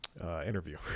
interview